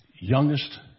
youngest